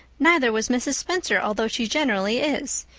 neither was mrs. spencer although she generally is.